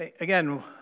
again